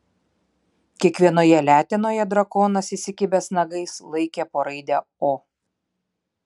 kiekvienoje letenoje drakonas įsikibęs nagais laikė po raidę o